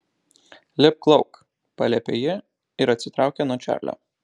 lipk lauk paliepė ji ir atsitraukė nuo čarlio